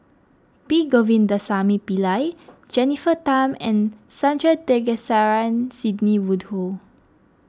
P Govindasamy Pillai Jennifer Tham and Sandrasegaran Sidney Woodhull